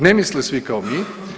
Ne misle svi kao mi.